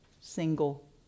single